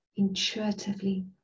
Intuitively